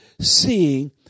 seeing